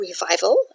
Revival